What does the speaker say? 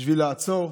בשביל לעצור.